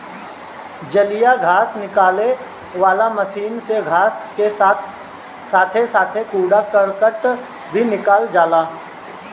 जलीय घास निकाले वाला मशीन से घास के साथे साथे कूड़ा करकट भी निकल जाला